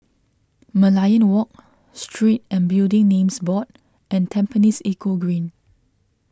Merlion Walk Street and Building Names Board and Tampines Eco Green